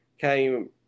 came